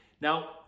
Now